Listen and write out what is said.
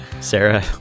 Sarah